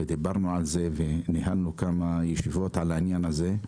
ודיברנו על זה וניהלנו כמה ישיבות על העניין הזה,